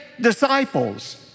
disciples